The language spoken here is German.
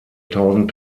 tausend